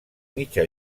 mitja